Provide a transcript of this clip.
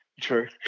True